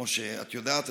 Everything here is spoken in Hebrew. כמו שאת יודעת,